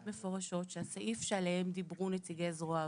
מפורשות שהסעיף עליהם דיברו נציגי זרוע העבודה,